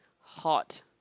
hot